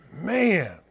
man